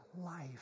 life